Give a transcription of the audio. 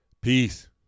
peace